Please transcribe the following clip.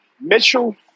Mitchell